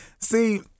See